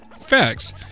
Facts